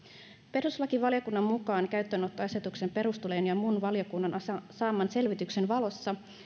perustuslakivaliokunnan mukaan käyttöönottoasetuksen perustelujen ja muun valiokunnan saaman selvityksen valossa